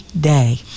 day